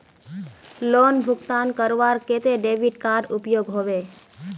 Loan भुगतान करवार केते डेबिट कार्ड उपयोग होबे?